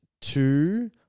two